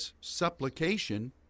supplication